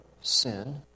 sin